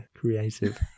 creative